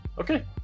Okay